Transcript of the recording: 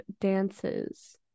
dances